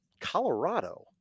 Colorado